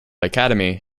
academy